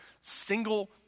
single